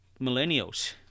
millennials